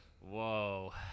Whoa